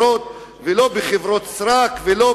לא בסוויטות ולא בדירות ולא בחברות סרק ולא